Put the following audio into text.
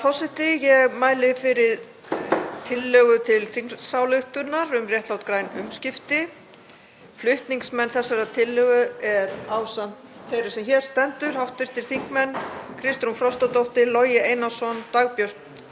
Ég mæli fyrir tillögu til þingsályktunar um réttlát græn umskipti. Flutningsmenn þessarar tillögu eru, ásamt þeirri sem hér stendur, hv. þingmenn Kristrún Frostadóttir, Logi Einarsson, Dagbjört